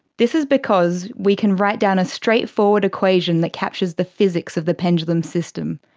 this is because we can write down a straightforward equation that captures the physics of the pendulum system,